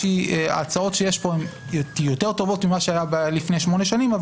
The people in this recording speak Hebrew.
ההצעות שיש פה הן יותר טובות מאלו שהיו לפני שמונה שנים,